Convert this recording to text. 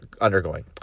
undergoing